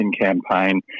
campaign